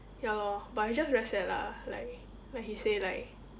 ya lor but it's just very sad lah like like he say like